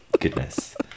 goodness